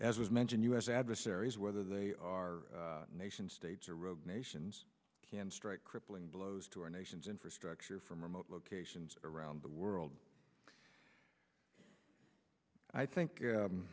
as was mentioned u s adversaries whether they are nation states or rogue nations can strike crippling blows to our nation's infrastructure from remote locations around the world i think